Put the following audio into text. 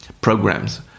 programs